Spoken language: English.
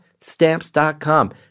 stamps.com